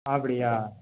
அப்படியா